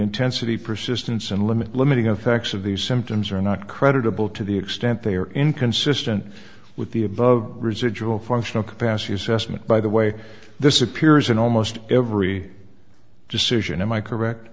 intensity persistence and limit limiting effects of these symptoms are not creditable to the extent they are inconsistent with the above residual functional capacity assessment by the way this appears in almost every decision am i correct